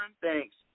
thanks